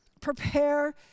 Prepare